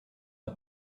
are